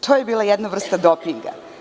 To je bila jedna vrsta dopinga.